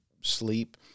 sleep